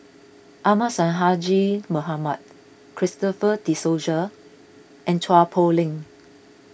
Ahmad Sonhadji Mohamad Christopher De Souza and Chua Poh Leng